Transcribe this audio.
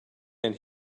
end